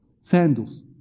Sandals